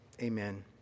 amen